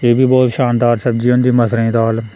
एह् बी बोह्त शानदार सब्ज़ी होंदी मसरें दी दाल